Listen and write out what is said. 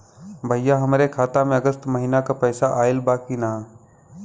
भईया हमरे खाता में अगस्त महीना क पैसा आईल बा की ना?